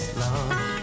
love